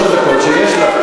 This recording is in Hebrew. שלוש הדקות שיש לך.